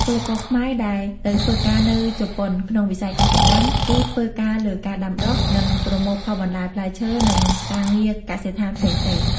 ពលករខ្មែរដែលទៅធ្វើការនៅជប៉ុនក្នុងវិស័យកសិកម្ម គឺធ្វើការលើការដាំដុះ និងប្រមូលផលបន្លែ ផ្លែឈើ និងការងារកសិដ្ឋានផ្សេងៗ ។